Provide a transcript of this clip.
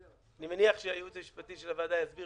אני מניח שהייעוץ המשפטי של הוועדה יסביר